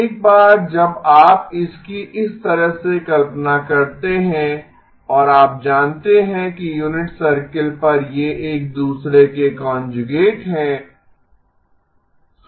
एक बार जब आप इसकी इस तरह से कल्पना करते हैं और आप जानते हैं कि यूनिट सर्कल पर ये एक दूसरे के कांजुगेट हैं